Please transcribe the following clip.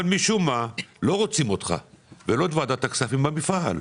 אבל משום מה לא רוצים אותך ולא את ועדת הכספים במפעל.